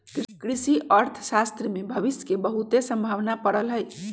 कृषि अर्थशास्त्र में भविश के बहुते संभावना पड़ल हइ